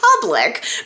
public